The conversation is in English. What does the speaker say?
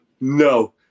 No